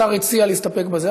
השר הציע להסתפק בזה.